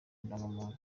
indangamuntu